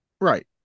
Right